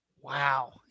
Wow